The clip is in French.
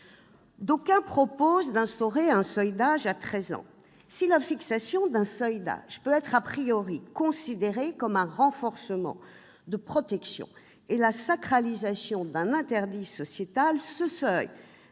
D'aucuns proposent d'instaurer un seuil d'âge à treize ans. Si la fixation d'un seuil peut être considérée comme un renforcement de la protection et la sacralisation d'un interdit sociétal, elle